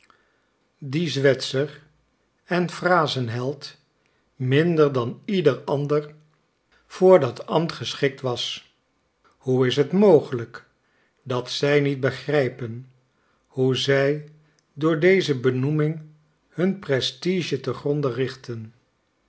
die zwetser en phrasenheld minder dan ieder ander voor dat ambt geschikt was hoe is het mogelijk dat zij niet begrijpen hoe zij door deze benoeming hun prestige te gronde richten